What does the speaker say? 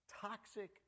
toxic